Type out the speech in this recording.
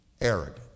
arrogant